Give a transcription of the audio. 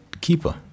keeper